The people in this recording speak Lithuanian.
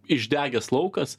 išdegęs laukas